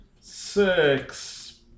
Six